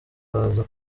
baza